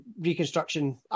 reconstruction